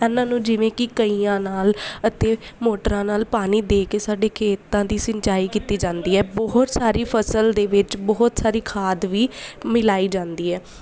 ਇਹਨਾਂ ਨੂੰ ਜਿਵੇਂ ਕਿ ਕਹੀਆਂ ਨਾਲ ਅਤੇ ਮੋਟਰਾਂ ਨਾਲ ਪਾਣੀ ਦੇ ਕੇ ਸਾਡੇ ਖੇਤਾਂ ਦੀ ਸਿੰਚਾਈ ਕੀਤੀ ਜਾਂਦੀ ਹੈ ਬਹੁਤ ਸਾਰੀ ਫਸਲ ਦੇ ਵਿੱਚ ਬਹੁਤ ਸਾਰੀ ਖਾਦ ਵੀ ਮਿਲਾਈ ਜਾਂਦੀ ਹੈ